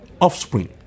offspring